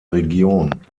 region